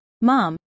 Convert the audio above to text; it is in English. Mom